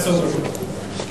בבקשה, עשר דקות.